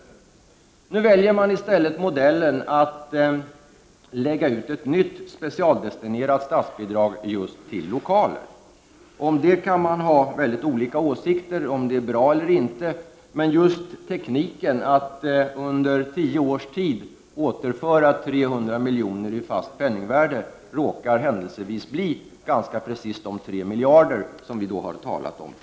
Nu väljer man i stället en modell som innebär att ett nytt specialdestinerat statsbidrag går till just lokaler. Man kan ha mycket olika åsikter om huruvida det är bra eller inte. Men just tekniken att under tio års tid återföra 300 miljoner kronor i fast penningvärde råkar bli ganska precis 3 miljarder, som vi tidigare har talat om.